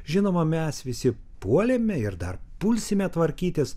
žinoma mes visi puolėme ir dar pulsime tvarkytis